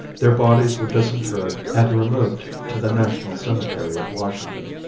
their bodies were disinterred and removed to the national cemetery at washington.